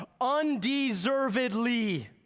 Undeservedly